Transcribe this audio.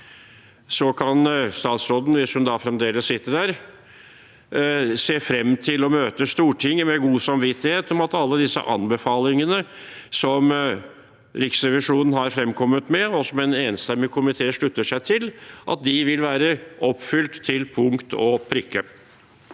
så kan hun, hvis hun da fremdeles sitter som statsråd, se frem til å møte Stortinget med god samvittighet for at alle disse anbefalingene som Riksrevisjonen har fremkommet med og en enstemmig komité slutter seg til, vil være oppfylt til punkt og prikke.